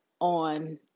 on